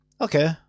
Okay